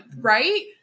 right